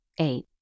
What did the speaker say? Eight